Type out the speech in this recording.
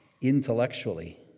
intellectually